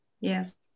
Yes